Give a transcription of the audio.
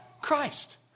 Christ